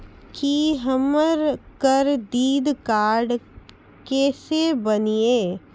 की हमर करदीद कार्ड केसे बनिये?